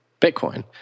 Bitcoin